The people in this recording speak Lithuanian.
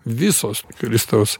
visos kristaus